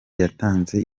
yatanze